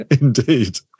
Indeed